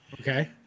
Okay